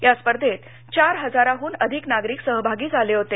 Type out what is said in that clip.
या स्पर्धेत चार हजाराहन अधिक नागरिक सहभागी झाले होते